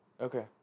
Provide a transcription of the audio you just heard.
Okay